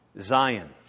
Zion